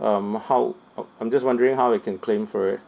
um how uh I'm just wondering how I can claim for it